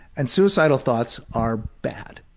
and suicidal thoughts are bad.